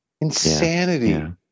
Insanity